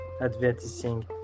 advertising